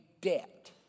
debt